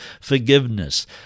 forgiveness